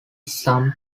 some